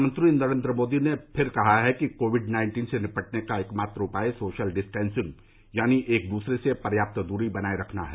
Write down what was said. प्रधानमंत्री नरेन्द्र मोदी ने फिर कहा है कि कोविड नाइन्टीन से निपटने का एकमात्र उपाय सोशल डिस्टेंसिंग यानी एक दूसरे से पर्याप्त दूरी बनाये रखना है